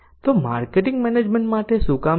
તો marketing management માટે શું કામ છે